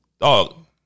Dog